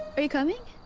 are you coming?